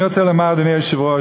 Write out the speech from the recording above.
אני רוצה לומר, אדוני היושב-ראש: